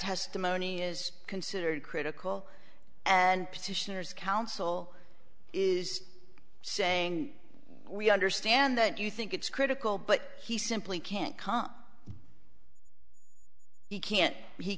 testimony is considered critical and petitioner's counsel is saying we understand that you think it's critical but he simply can't come he can't he